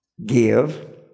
Give